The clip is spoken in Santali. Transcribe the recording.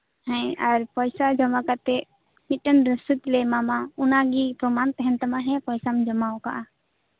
ᱦᱮᱸ ᱟᱨ ᱯᱚᱭᱥᱟ ᱡᱚᱢᱟ ᱠᱟᱛᱮᱜ ᱢᱤᱫᱴᱮᱡ ᱨᱚᱥᱤᱫ ᱞᱮ ᱮᱢᱟᱢᱟ ᱚᱱᱟᱜᱮ ᱯᱨᱚᱢᱟᱱ ᱛᱟᱸᱦᱮᱱ ᱛᱟᱢᱟ ᱯᱚᱭᱥᱟᱢ ᱡᱚᱢᱟ ᱟᱠᱟᱫᱟ